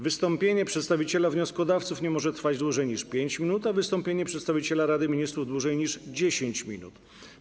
Wystąpienie przedstawiciela wnioskodawców nie może trwać dłużej niż 5 minut, a wystąpienie przedstawiciela Rady Ministrów - dłużej niż 10 minut.